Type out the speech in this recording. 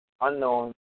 unknown